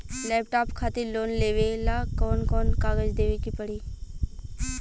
Laptop खातिर loan लेवे ला कौन कौन कागज देवे के पड़ी?